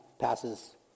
passes